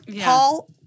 Paul